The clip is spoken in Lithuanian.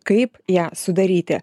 kaip ją sudaryti